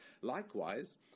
Likewise